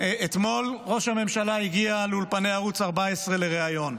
אתמול ראש הממשלה הגיע לאולפני ערוץ 14 לריאיון,